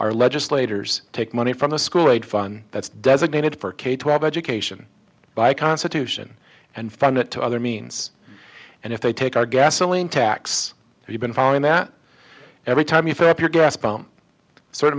our legislators take money from the school aid fun that's designated for k twelve education by constitution and found it to other means and if they take our gasoline tax you've been following that every time you fill up your gas